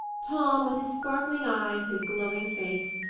tom, with his sparkling eyes, his glowing face.